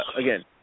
Again